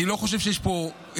אני לא חושב שיש פה שלילה.